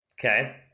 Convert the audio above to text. Okay